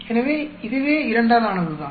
எனவே இதுவே 2 ஆல் ஆனதுதான்